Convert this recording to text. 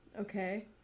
Okay